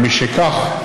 ומשכך,